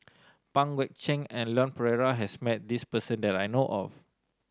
Pang Guek Cheng and Leon Perera has met this person that I know of